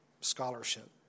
scholarship